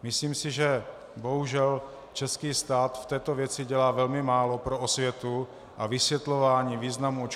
Myslím si, že bohužel český stát v této věci dělá velmi málo pro osvětu a vysvětlování významu očkování v ČR.